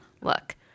look